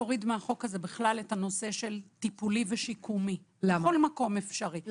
מהחוק הזה את הנושא של טיפולי ושיקומי בכל מקום אפשרי,